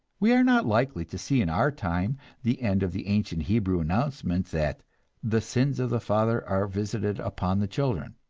we are not likely to see in our time the end of the ancient hebrew announcement that the sins of the father are visited upon the children